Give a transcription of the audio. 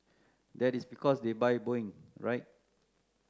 that is because they buy Boeing right